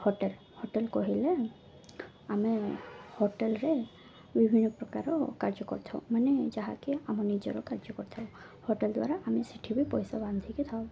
hotel hotel କହିଲେ ଆମେ ହୋଟେଲରେ ବିଭିନ୍ନ ପ୍ରକାର କାର୍ଯ୍ୟ କରିଥାଉ ମାନେ ଯାହାକି ଆମ ନିଜର କାର୍ଯ୍ୟ କରିଥାଉ ହୋଟେଲ ଦ୍ୱାରା ଆମେ ସେଠି ବି ପଇସା ବାନ୍ଧିକି ଥାଉ